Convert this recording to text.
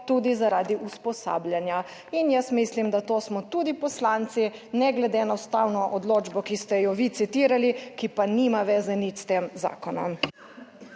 tudi, zaradi usposabljanja. Jaz mislim, da to smo tudi poslanci ne glede na ustavno odločbo, ki ste jo vi citirali, ki pa nima veze niti s tem zakonom.